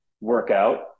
workout